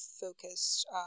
focused